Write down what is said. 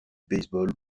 baseball